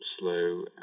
slow